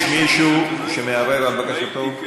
יש מישהו שמערער על בקשתו?